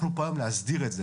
אנחנו פה היו כדי להסדיר את זה.